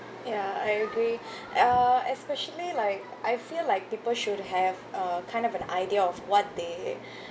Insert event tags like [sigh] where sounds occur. ya I agree [breath] uh especially like I feel like people should have uh kind of an idea of what they [breath]